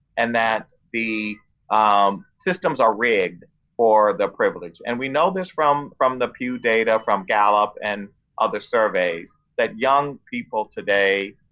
and that the um systems are rigged for the privilege. and we know this from from the pew data, from gallup, and other surveys that young people today